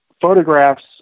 photographs